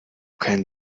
keinen